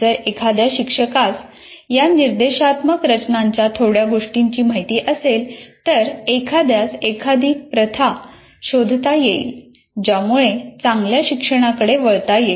जर एखाद्या शिक्षकास या निर्देशात्मक रचनांच्या थोड्या गोष्टींची माहिती असेल तर एखाद्यास एखादी प्रथा शोधता येईल ज्यामुळे चांगल्या शिक्षणाकडे वळता येईल